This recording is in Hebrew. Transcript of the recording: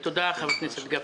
תודה, חבר הכנסת גפני.